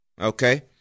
Okay